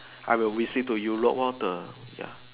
I will visit to Euro water ya